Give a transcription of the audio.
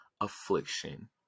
affliction